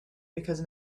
because